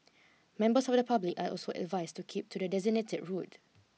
members of the public are also advised to keep to the designated route